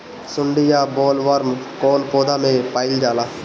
सुंडी या बॉलवर्म कौन पौधा में पाइल जाला?